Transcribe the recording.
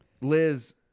Liz